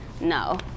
no